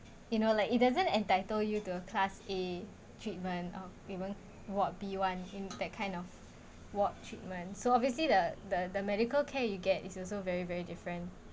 you know like it doesn't entitle you to a class A treatment or even ward B one in that kind of ward treatment so obviously the the the medical care you get is also very very different